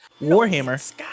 Warhammer